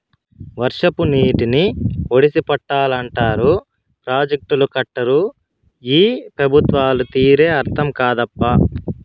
వర్షపు నీటిని ఒడిసి పట్టాలంటారు ప్రాజెక్టులు కట్టరు ఈ పెబుత్వాల తీరే అర్థం కాదప్పా